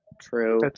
true